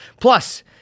Plus